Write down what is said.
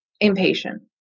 impatient